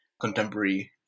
contemporary